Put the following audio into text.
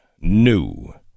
new